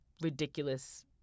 ridiculous